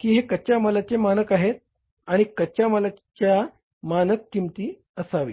की हे कच्च्या मालाचे मानक आहेत आणि ही कच्च्या मालाची मानक किंमत असावी